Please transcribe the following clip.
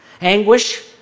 Anguish